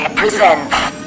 presents